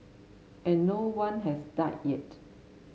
and no one has died yet